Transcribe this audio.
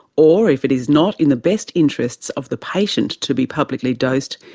or if it is not in the best interests of the patient to be publicly dosed,